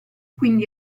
quindi